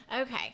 okay